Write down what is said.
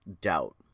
doubt